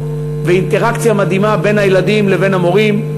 באינטראקציה מדהימה בין הילדים לבין המורים.